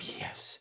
yes